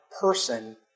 person